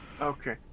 Okay